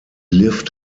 lived